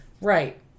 right